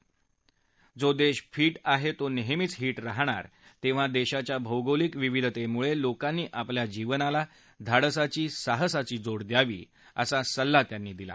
जो दक्षीफिट आहाती नव्झीच हिट राहणार तख्व दक्षव्या भौगोलिक विविधतपुळविकांनी आपल्या जीवनाला धाडसाची साहसाची जोड द्यावी असा सल्ला त्यांनी दिला